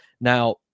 Now